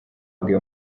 bwe